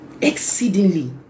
exceedingly